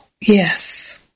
Yes